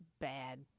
bad